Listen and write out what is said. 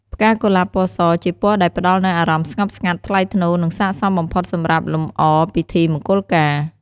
ផ្កាកុលាបពណ៌ស ជាពណ៌ដែលផ្តល់នូវអារម្មណ៍ស្ងប់ស្ងាត់ ថ្លៃថ្នូរ និងស័ក្តិសមបំផុតសម្រាប់លំអពិធីមង្គលការ។